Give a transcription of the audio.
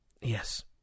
Yes